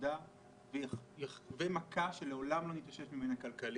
העבודה ויחווה מכה שלעולם לא נתאושש ממנה כלכלית.